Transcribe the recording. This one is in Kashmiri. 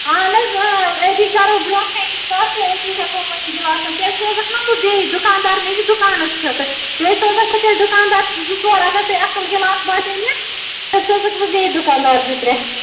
اَہن حظ اۭں أتی کَرو برونٛہہ کَنی کَتھ تہٕ أتی ہٮ۪کو ؤنتھ گِلاسَن تیٚلہِ سوزَکھ نا بہٕ بیٚیہِ دُکاندار مےٚ چھِ دُکانَس خٲطرٕ بیٚیہِ سوزَکھ بہٕ تیٚلہِ دُکاندار زٕ ژور اگر تُہۍ اَصٕل گِلاس باسے مےٚ تیٚلہِ سوزَکھ بہٕ بیٚیہِ دُکاندار زٕ ترٛےٚ